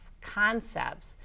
concepts